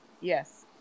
Yes